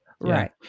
Right